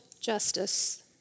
justice